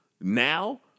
Now